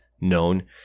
known